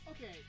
Okay